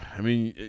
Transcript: i mean